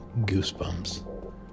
goosebumps